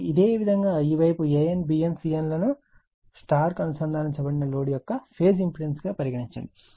మరియు ఇదే విధంగా ఈ వైపు an bn cn లను Y అనుసంధానించబడిన లోడ్ యొక్క ఫేజ్ ఇంపెడెన్స్ గా పరిగణించండి